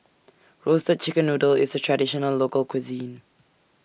Roasted Chicken Noodle IS A Traditional Local Cuisine